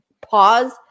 pause